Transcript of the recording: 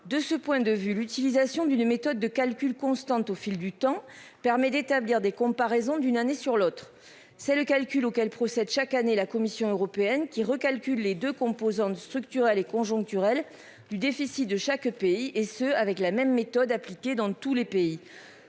De ce point de vue l'utilisation d'une méthode de calcul constante au fil du temps permet d'établir des comparaisons d'une année sur l'autre, c'est le calcul auquel procède chaque année, la Commission européenne qui. De composante structurelle et conjoncturelle du déficit de chaque pays et ce, avec la même méthode appliquée dans tous les pays.